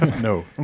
No